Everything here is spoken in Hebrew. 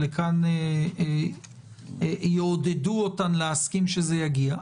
ולכאן יעודדו אותן להסכים שזה יגיע.